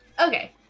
Okay